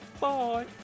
Bye